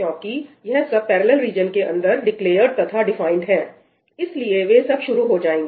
क्योंकि यह सब पैरेलल रीजन के अंदर डिक्लेयर्ड तथा डिफाइंड है इसलिए वे सब शुरू हो जाएंगे